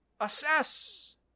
assess